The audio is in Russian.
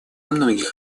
многих